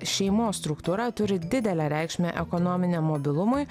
šeimos struktūra turi didelę reikšmę ekonominiam mobilumui